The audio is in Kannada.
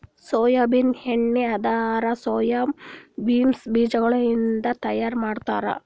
ಸೋಯಾಬೀನ್ ಎಣ್ಣಿ ಅಂದುರ್ ಸೋಯಾ ಬೀನ್ಸ್ ಬೀಜಗೊಳಿಂದ್ ತೈಯಾರ್ ಮಾಡ್ತಾರ